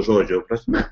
žodžio prasme